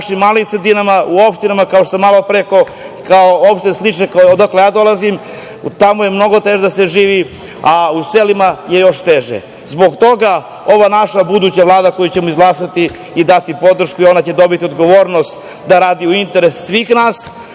našim malim sredinama u opštinama kao što sam malpre rekao, kao opštine odakle ja dolazim, tamo je mnogo teže da se živi, a u selima je još teže. Zbog toga ova naša buduća Vlada koju ćemo izglasati i dati podršku, i ona će dobiti odgovornost da radi u interesu svih nas,